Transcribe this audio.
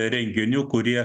renginių kurie